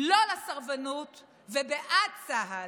לא לסרבנות ובעד צה"ל.